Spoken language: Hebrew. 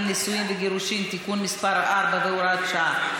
(נישואין וגירושין) (תיקון מס' 4 והוראת שעה),